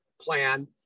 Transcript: plan